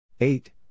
Eight